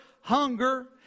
hunger